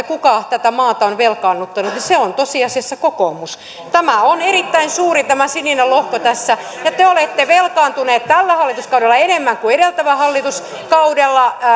kuka tätä maata on velkaannuttanut niin se on tosiasiassa kokoomus on erittäin suuri tämä sininen lohko tässä ja te olette velkaantuneet tällä hallituskaudella enemmän kuin edeltävällä hallituskaudella